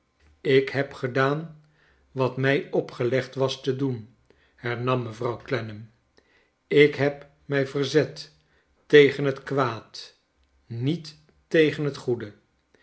ik heb gedaan wat mij opgelegd was te doen hernam mevrouw clennam ik heb mij verzet tegen het kwaad niet tegen het goede